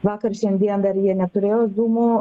vakar šiandien dar jie neturėjo dūmų